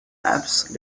apse